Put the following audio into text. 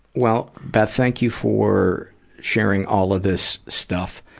well, beth, thank you for sharing all of this stuff,